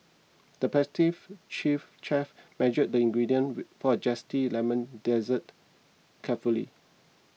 the chief chef measured the ingredients for a Zesty Lemon Dessert carefully